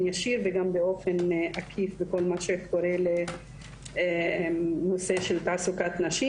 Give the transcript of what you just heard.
ישיר וגם באופן עקיף בכל מה שקורה לנושא של תעסוקת נשים,